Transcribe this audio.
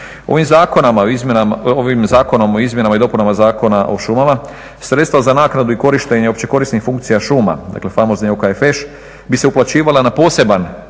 Ovim zakonom o izmjenama i dopunama Zakona o šumama sredstva za naknadu i korištenje opće korisnih funkcija šuma, dakle famozni OKFŠ bi se uplaćivala na poseban